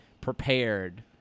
prepared